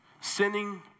sinning